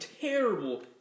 terrible